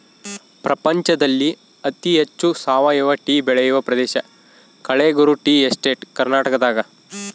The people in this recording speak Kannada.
ಪ್ರಪಂಚದಲ್ಲಿ ಅತಿ ಹೆಚ್ಚು ಸಾವಯವ ಟೀ ಬೆಳೆಯುವ ಪ್ರದೇಶ ಕಳೆಗುರು ಟೀ ಎಸ್ಟೇಟ್ ಕರ್ನಾಟಕದಾಗದ